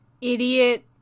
idiot